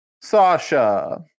sasha